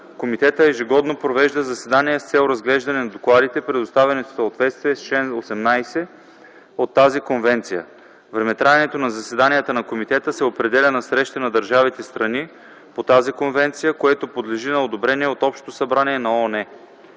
„Комитетът ежегодно провежда заседания с цел разглеждане на докладите, представени в съответствие с чл. 18 от тази Конвенция. Времетраенето на заседанията на Комитета се определя на Среща на държавите – страни по тази Конвенция, което подлежи на одобрение от Общото събрание на ООН”.